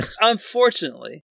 unfortunately